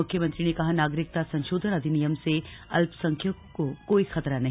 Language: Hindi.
मुख्यमंत्री ने कहा नागरिकता संशोधन अधिनियम से अल्पसंख्यकों को कोई खतरा नहीं